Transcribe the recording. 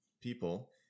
people